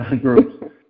groups